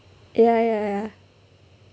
ya ya ya